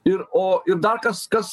ir o ir dar kas kas